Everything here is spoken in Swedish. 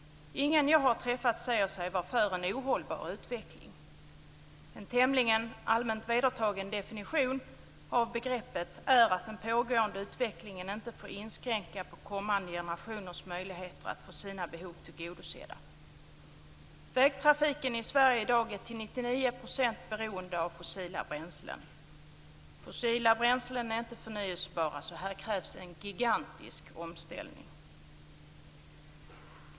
Ingen jag har träffat säger sig vara för en ohållbar utveckling. En tämligen allmänt vedertagen definition av begreppet är att den pågående utvecklingen inte får inskränka på kommande generationers möjligheter att få sina behov tillgodosedda. Vägtrafiken i Sverige i dag är till 99 % beroende av fossila bränslen. Fossila bränslen är inte förnybara, så här krävs en gigantisk omställning.